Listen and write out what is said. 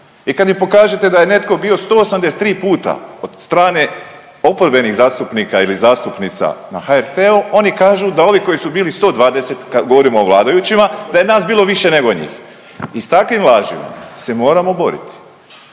I kad mi pokažete da je netko bio 183 puta od strane oporbenih zastupnika ili zastupnica na HRT-u oni kažu da ovi koji su bili 120 kad govorimo o vladajućima da je nas bilo više nego njih. I s takvim lažima se moramo boriti.